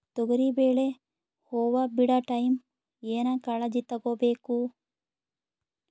ತೊಗರಿಬೇಳೆ ಹೊವ ಬಿಡ ಟೈಮ್ ಏನ ಕಾಳಜಿ ತಗೋಬೇಕು?